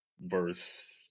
verse